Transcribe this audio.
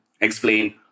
explain